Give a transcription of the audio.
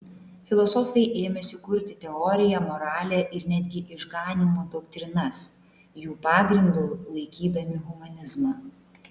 filosofai ėmėsi kurti teoriją moralę ir netgi išganymo doktrinas jų pagrindu laikydami humanizmą